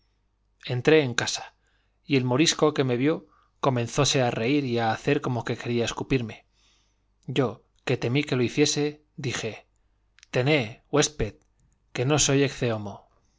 entré en casa y el morisco que me vio comenzóse a reír y a hacer como que quería escupirme yo que temí que lo hiciese dije tené huésped que no soy